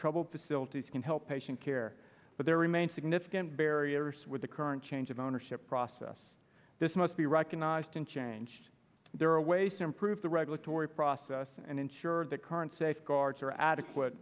troubled facilities can help patient care but there remain significant barriers with the current change of ownership process to be recognized and changed there are a waste improve the regulatory process and ensure that current safeguards are adequate